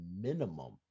minimum